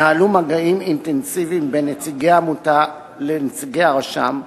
התנהלו מגעים אינטנסיביים בין נציגי העמותה לנציגי הרשם,